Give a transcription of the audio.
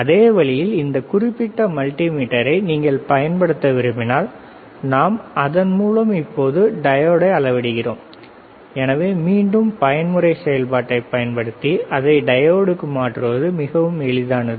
அதே வழியில் இந்த குறிப்பிட்ட மல்டிமீட்டரை நீங்கள் பயன்படுத்த விரும்பினால் நாம் அதன் மூலம் இப்போது டையோடை அளவிடுகிறோம் எனவே மீண்டும் பயன்முறை செயல்பாட்டை பயன்படுத்தி அதை டையோடுக்கு மாற்றுவது மிகவும் எளிதானது